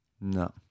No